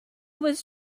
was